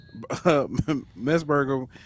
Mesberger